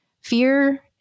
fear